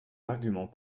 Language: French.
arguments